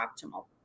optimal